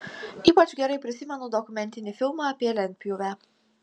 ypač gerai prisimenu dokumentinį filmą apie lentpjūvę